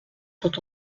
sont